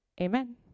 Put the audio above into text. amen